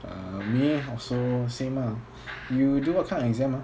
ah me also same ah you do what kind of exam ah